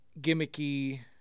gimmicky